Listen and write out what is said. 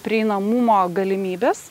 prieinamumo galimybes